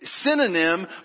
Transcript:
synonym